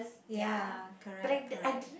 ya correct correct